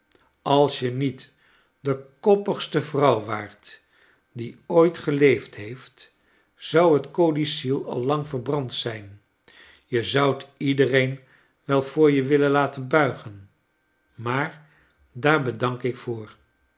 als je niet de koppigste vrouw waart die ooit geleefd heeft zou het codicil al lang ver brand zijn je zoudt iedereen wel voor je willen latcn buigen maar daar bedank ik voor